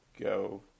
go